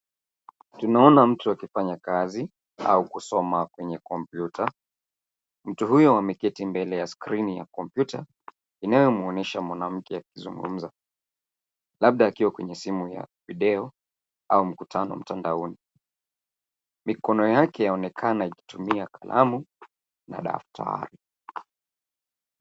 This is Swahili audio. Tunaona mtu akifanya kazi au kusoma kwenye kompytua. Mtu huyo ameketi mbele ya skrini ya kompyuta inayomuonyesha mwanamke akizungumza labda akiwa kwenye simu ya video au mkutano mtandaoni. Mikono yake yaonekana ikitumia kalamu na daftari.